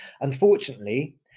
Unfortunately